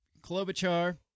klobuchar